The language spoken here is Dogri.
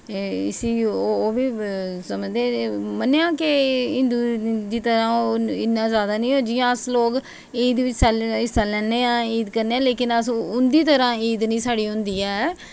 इसी ओह् बी समझदे न मन्नेआ केह् हिंदुएं दी तरह् ओह् इन्ना जादा निं जि'यां अस लोक ईद बिच हिस्सा लैनें आं ईंद करनें आं लेकिन अस उंदी तरह् ईद निं साढ़ी होंदी ऐ